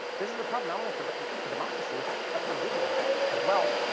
this is a problem not only for for democracy but for google as well.